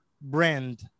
brand